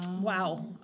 Wow